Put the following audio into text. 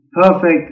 perfect